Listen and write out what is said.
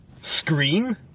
Scream